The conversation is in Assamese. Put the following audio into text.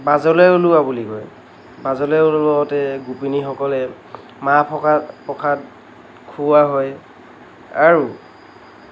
বাজলৈ ওলোৱা বুলি কয় বাজলৈ ওলাওঁতে গোপিনীসকলে মাহ প্ৰসাদ প্ৰসাদ খুওৱা হয় আৰু